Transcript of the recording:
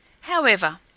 However